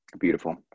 Beautiful